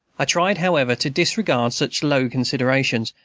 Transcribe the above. i tried, however, to disregard such low considerations,